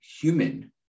human